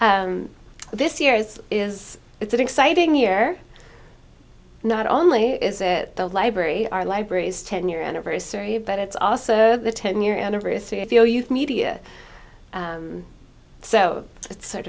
this year is is it's an exciting year not only is it the library our libraries ten year anniversary of but it's also the ten year anniversary i feel you media so it's sort